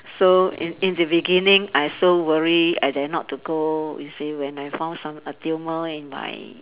so in in the beginning I so worry I dare not to go you see when I found some a tumour in my